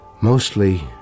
Mostly